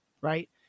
right